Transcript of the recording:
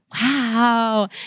wow